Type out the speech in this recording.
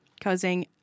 causing